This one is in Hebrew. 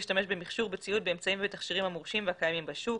בציוד, באמצעים ובתכשירים המורשים והקיימים בשוק.